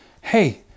Hey